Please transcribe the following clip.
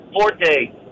Forte